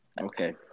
Okay